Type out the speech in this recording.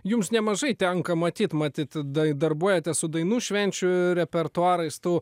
jums nemažai tenka matyt matyt dar darbuojatės su dainų švenčių repertuarais tų